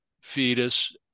fetus